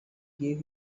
gave